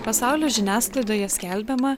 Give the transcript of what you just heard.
pasaulio žiniasklaidoje skelbiama